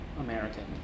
American